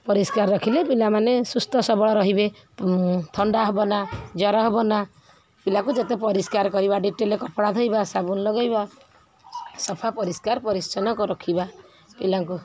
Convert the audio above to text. ପରିଷ୍କାର ରଖିଲେ ପିଲାମାନେ ସୁସ୍ଥ ସବଳ ରହିବେ ଥଣ୍ଡା ହେବ ନା ଜ୍ୱର ହେବ ନା ପିଲାକୁ ଯେତେ ପରିଷ୍କାର କରିବା ଡ଼େଟଲ୍ କପଡ଼ା ଧୋଇବା ସାବୁନ ଲଗେଇବା ସଫା ପରିଷ୍କାର ପରିଚ୍ଛନ୍ନ ରଖିବା ପିଲାଙ୍କୁ